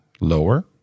lower